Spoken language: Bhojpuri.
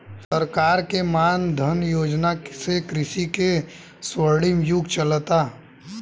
सरकार के मान धन योजना से कृषि के स्वर्णिम युग चलता